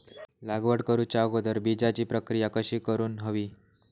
लागवड करूच्या अगोदर बिजाची प्रकिया कशी करून हवी?